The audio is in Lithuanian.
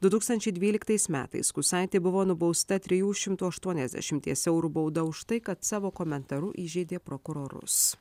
du tūkstančiai dvyliktais metais kusaitė buvo nubausta trijų šimtų aštuoniasdešimties eurų bauda už tai kad savo komentaru įžeidė prokurorus